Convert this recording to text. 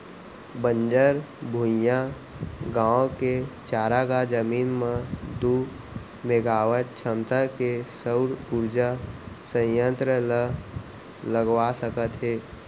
बंजर भुइंयाय गाँव के चारागाह जमीन म दू मेगावाट छमता के सउर उरजा संयत्र ल लगवा सकत हे